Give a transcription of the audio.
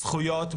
זכויות,